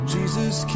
Jesus